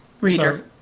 Reader